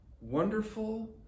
wonderful